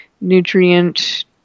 nutrient